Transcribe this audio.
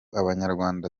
abanyarwanda